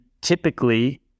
typically